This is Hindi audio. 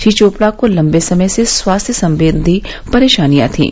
श्री चोपडा को लंबे समय से स्वास्थ्य संबंधी परेशानिया थीं